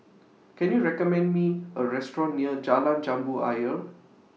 Can YOU recommend Me A Restaurant near Jalan Jambu Ayer